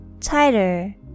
Tighter